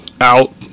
out